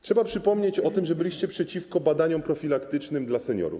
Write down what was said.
Trzeba przypomnieć o tym, że byliście przeciwko badaniom profilaktycznym dla seniorów.